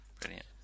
Brilliant